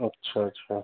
अच्छा अच्छा